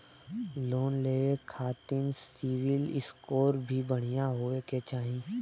Loan लेवे के खातिन सिविल स्कोर भी बढ़िया होवें के चाही?